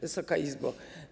Wysoka Izbo!